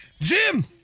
Jim